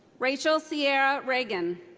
rachel ciera ragan.